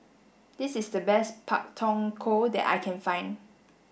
this is the best Pak Thong Ko that I can find